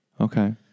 Okay